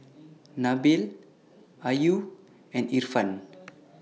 Nabil Ayu and Irfan